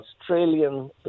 Australian